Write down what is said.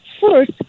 first